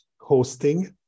hosting